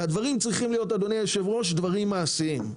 והדברים צריכים להיות, אדוני היו"ר, דברים מעשיים.